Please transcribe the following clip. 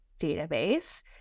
database